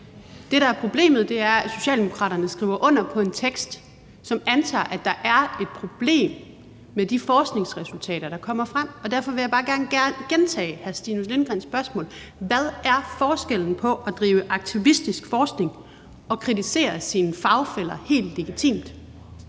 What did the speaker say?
Det, der er problemet, er, at Socialdemokraterne skriver under på en vedtagelsestekst, som antager, at der er et problem med de forskningsresultater, der kommer frem. Derfor vil jeg bare gerne gentage hr. Stinus Lindgreens spørgsmål: Hvad er forskellen på at drive aktivistisk forskning og at kritisere sine fagfæller helt legitimt?